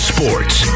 Sports